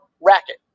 racket